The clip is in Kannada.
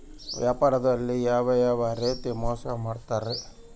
ವ್ಯಾಪಾರದಲ್ಲಿ ಯಾವ್ಯಾವ ರೇತಿ ಮೋಸ ಮಾಡ್ತಾರ್ರಿ?